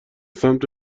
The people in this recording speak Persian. سمت